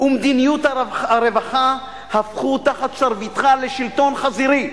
ומדיניות הרווחה הפכו תחת שרביטך לשלטון חזירי.